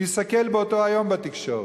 הוא ייסקל באותו היום בתקשורת.